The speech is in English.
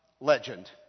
legend